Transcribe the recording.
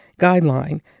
Guideline